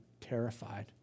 terrified